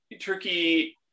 Turkey